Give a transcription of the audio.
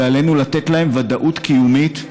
ועלינו לתת להן ודאות קיומית.